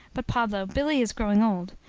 but, pablo, billy is growing old,